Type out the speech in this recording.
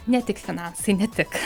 ne tik finansai ne tik